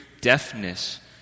deafness